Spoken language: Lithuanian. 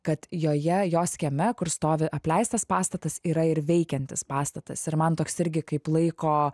kad joje jos kieme kur stovi apleistas pastatas yra ir veikiantis pastatas ir man toks irgi kaip laiko